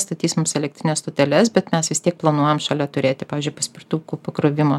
statys mums elektrines stoteles bet mes vis tiek planuojam šalia turėti pavyzdžiui paspirtukų pakrovimo